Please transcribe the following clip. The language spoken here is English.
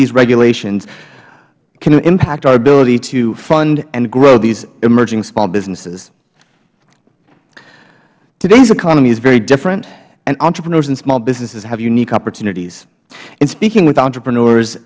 these regulations can impact our ability to fund and grow these emerging small businesses today's economy is very different and entrepreneurs and small businesses have unique opportunities in speaking with entrepreneurs